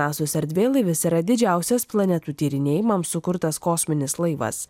nasos erdvėlaivis yra didžiausias planetų tyrinėjimams sukurtas kosminis laivas